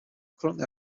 currently